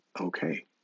okay